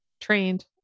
trained